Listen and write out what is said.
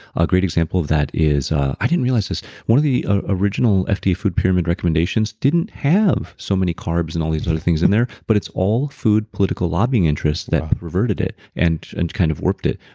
a great example of that is, i didn't realize this, one of the ah original fda food pyramid recommendations didn't have so many carbs and all these other things in there, but it's all food, political lobbying interests that reverted it and and kind of whopped it.